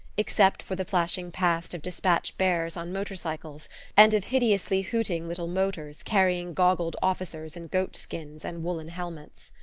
except for the flashing past of despatch-bearers on motor-cycles and of hideously hooting little motors carrying goggled officers in goat-skins and woollen helmets.